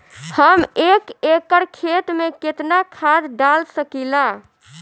हम एक एकड़ खेत में केतना खाद डाल सकिला?